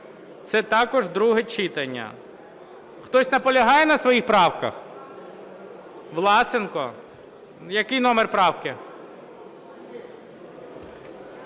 Це також друге читання. Хтось наполягає на своїх правках? Власенко? Який номер правки?